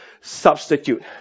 substitute